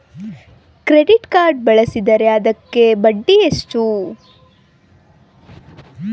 Credit card ಬಳಸಿದ್ರೇ ಅದಕ್ಕ ಬಡ್ಡಿ ಎಷ್ಟು?